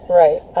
right